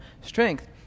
strength